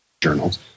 journals